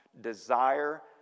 desire